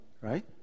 Right